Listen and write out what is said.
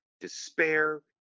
despair